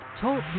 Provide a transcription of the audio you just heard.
talk